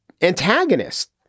antagonist